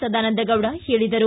ಸದಾನಂದಗೌಡ ಹೇಳಿದರು